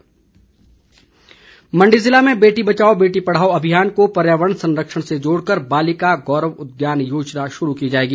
उद्यान योजना मंडी जिला में बेटी बचाओ बेटी पढ़ाओ अभियान को पर्यावरण संरक्षण से जोड़कर बालिका गौरव उद्यान योजना शुरू की जाएगी